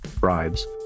bribes